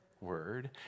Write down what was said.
Word